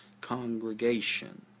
congregation